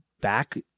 back